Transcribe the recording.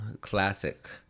classic